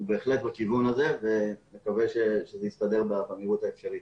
בהחלט בכיוון הזה ונקווה שזה יסתדר במהירות האפשרית.